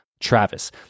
Travis